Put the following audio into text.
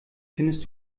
findest